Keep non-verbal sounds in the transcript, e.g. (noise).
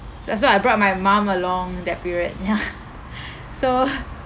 so so I brought my mom along that period ya (laughs) so (laughs)